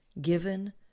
given